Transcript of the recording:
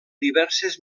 diverses